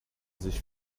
sich